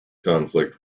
conflict